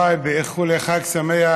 באיחולי חג שמח